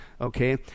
Okay